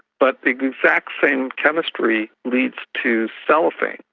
but the exact same chemistry leads to cellophane,